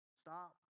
Stop